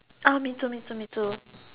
ah me too me too me too